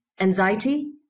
anxiety